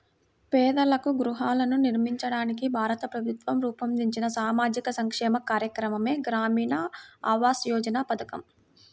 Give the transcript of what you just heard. పేదలకు గృహాలను నిర్మించడానికి భారత ప్రభుత్వం రూపొందించిన సామాజిక సంక్షేమ కార్యక్రమమే గ్రామీణ ఆవాస్ యోజన పథకం